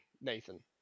Nathan